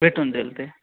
भेटून जाईल ते